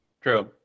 true